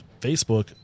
Facebook